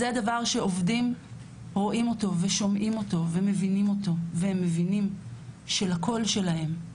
זה דבר שעובדים רואים ושומעים אותו ומבינים אותו והם מבינים שלקול שלהם,